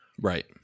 Right